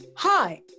Hi